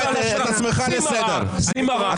שים מראה.